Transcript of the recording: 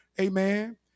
Amen